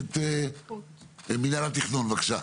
ותמ"ל, בבקשה.